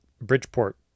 Bridgeport